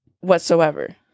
whatsoever